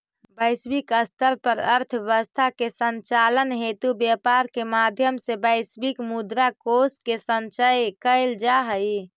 वैश्विक स्तर पर अर्थव्यवस्था के संचालन हेतु व्यापार के माध्यम से वैश्विक मुद्रा कोष के संचय कैल जा हइ